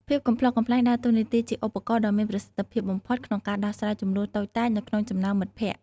ភាពកំប្លុកកំប្លែងដើរតួនាទីជាឧបករណ៍ដ៏មានប្រសិទ្ធភាពបំផុតក្នុងការដោះស្រាយជម្លោះតូចតាចនៅក្នុងចំណោមមិត្តភក្តិ។